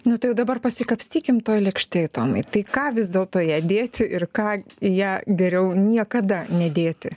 nu tai jau dabar pasikapstykim toj lėkštėj tomai tai ką vis dėlto į ją dėti ir ką į ją geriau niekada nedėti